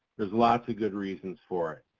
there's lots of good reasons for it.